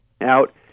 out